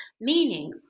Meaning